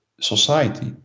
society